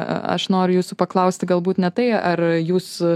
aš noriu jūsų paklausti galbūt ne tai ar jūs